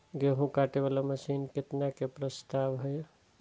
गेहूँ काटे वाला मशीन केतना के प्रस्ताव हय?